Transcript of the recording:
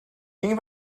quem